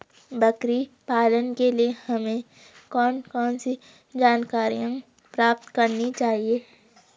बकरी पालन के लिए हमें कौन कौन सी जानकारियां प्राप्त करनी चाहिए?